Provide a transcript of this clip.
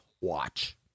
watch